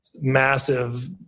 massive